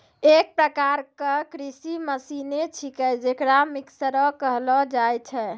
एक प्रकार क कृषि मसीने छिकै जेकरा मिक्सर कहलो जाय छै